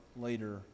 later